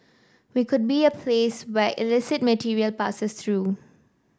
we could be a place where illicit material passes through